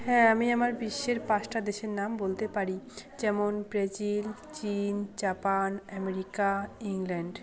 হ্যাঁ আমি আমার বিশ্বের পাঁচটা দেশের নাম বলতে পারি যেমন ব্রেজিল চীন জাপান আমেরিকা ইংল্যান্ড